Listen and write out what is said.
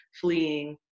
fleeing